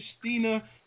Christina